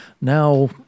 now